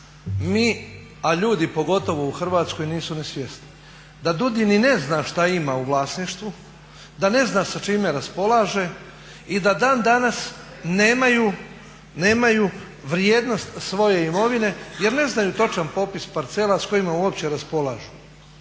Mi, a ljudi pogotovo u Hrvatskoj nisu ni svjesni da DUDI ni ne zna što ima u vlasništvu, da ne zna sa čime raspolaže i da dan danas nemaju vrijednost svoje imovine jer ne znaju točan popis parcela s kojima uopće raspolažu.